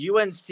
UNC